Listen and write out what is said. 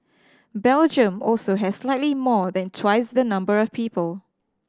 Belgium also has slightly more than twice the number of people